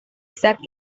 zag